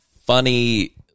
funny